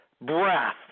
breath